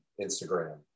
Instagram